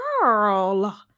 girl